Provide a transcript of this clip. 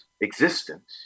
existence